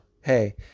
hey